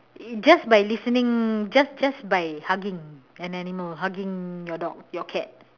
just by listening just just by hugging an animal hugging your dog your cat